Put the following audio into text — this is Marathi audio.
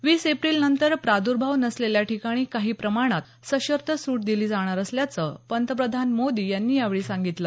वीस एप्रिल नंतर प्राद्भाव नसलेल्या ठिकाणी काही प्रमाणात सशर्त सुट दिली जाणार असल्याचं पंतप्रधान मोदी यांनी यावेळी सांगितलं